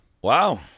wow